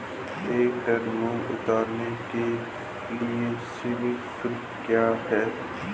एक टन मूंग उतारने के लिए श्रम शुल्क क्या है?